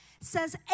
says